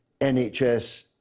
NHS